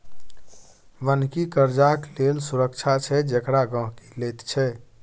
बन्हकी कर्जाक लेल सुरक्षा छै जेकरा गहिंकी लैत छै